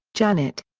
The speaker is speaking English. janet.